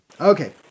Okay